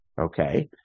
Okay